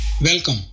welcome